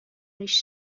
ریش